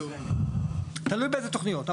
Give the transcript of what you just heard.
זה תלוי באיזה תוכניות.